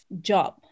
job